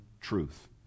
truth